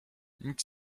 nic